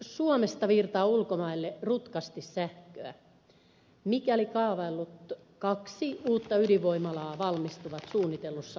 suomesta virtaa ulkomaille rutkasti sähköä mikäli kaavaillut kaksi uutta ydinvoimalaa valmistuvat suunnitellussa aikataulussaan